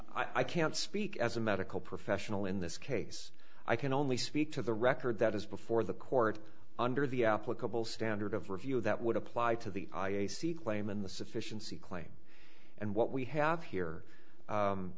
don't i can't speak as a medical professional in this case i can only speak to the record that is before the court under the applicable standard of review that would apply to the i a c claim in the sufficiency claim and what we have here